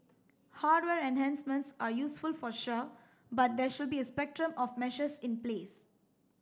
hardware enhancements are useful for sure but there should be a spectrum of measures in place